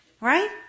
Right